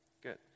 Good